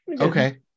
Okay